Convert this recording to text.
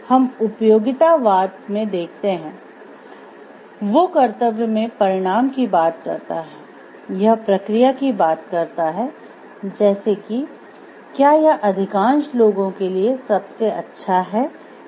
हम उपयोगितावाद में देखते हैं वो कर्तव्य में परिणाम की बात करता है यह प्रक्रिया की बात करता है जैसे कि क्या यह अधिकांश लोगों के लिए सबसे अच्छा है या नहीं